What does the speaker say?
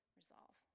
resolve